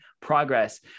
progress